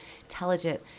intelligent